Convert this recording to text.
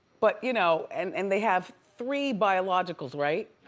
but you know, and and they have three biological's, right?